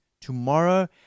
tomorrow